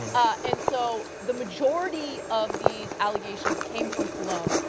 um and so the majority of these allegations came from cologne,